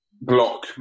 block